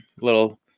Little